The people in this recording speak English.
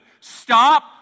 Stop